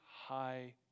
high